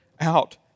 Out